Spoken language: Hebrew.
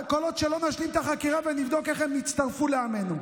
כל עוד לא נשלים את החקירה ונבדוק איך הם הצטרפו לעמנו.